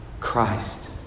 Christ